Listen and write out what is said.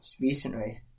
recently